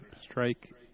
strike